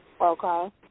Okay